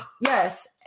Yes